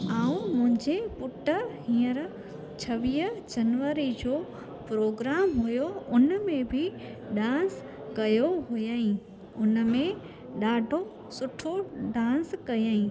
ऐं मुंहिंजे पुटु हींअर छवीह जनवरी जो प्रोग्राम हुओ उन में बि डांस कयो हुयाईं उन में ॾाढो सुठो डांस कयाईं